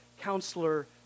counselor